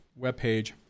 webpage